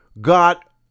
got